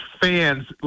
fans